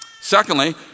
Secondly